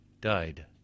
died